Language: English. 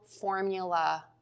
formula